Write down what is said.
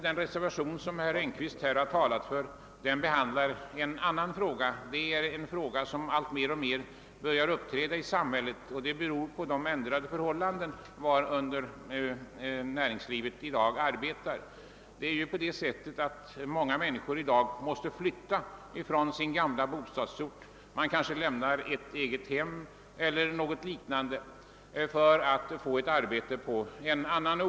Den reservation, som herr Engkvist talade för, behandlar emellertid en annan fråga, som på grund av de förändrade förhållanden varunder näringslivet i dag arbetar har blivit alltmer aktuell. Många människor måste i dag flytta från sin gamla bostadsort för att börja ett arbete på en annan ort, och de kanske då måste lämna ett egethem eller något liknande.